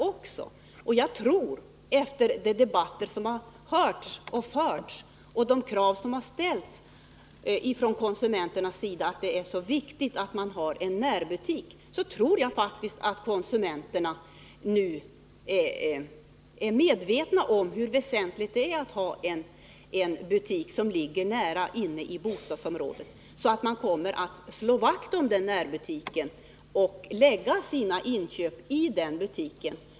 På grund av de debatter som har förts och de krav som har ställts av konsumenterna när det gäller närbutiker tror jag faktiskt att konsumenterna är medvetna om hur väsentligt det är att ha en butik som ligger på nära håll inne i bostadsområdet. Jag tror alltså att man kommer att slå vakt om närbutiken och göra sina inköp där.